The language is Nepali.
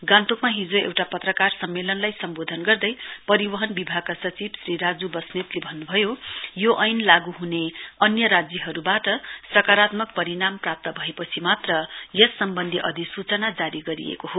गान्तोकमा हिजो एउटा पत्रकार सम्मेलनलाई सम्बोधन गर्दै परिवहन विभागका सचिव श्री राज् बन्नेतले भन्नभयो यो ऐन लागू हुने अन्य राज्यहरूबाट सकारात्मक परिणाम प्राप्त भएपछि मात्र यस सम्वन्धी अधिसूचना जारी गरिएको हो